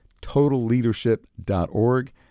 Totalleadership.org